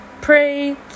Pray